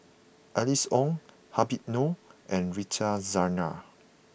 Alice Ong Habib Noh and Rita Zahara